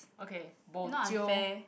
okay bo jio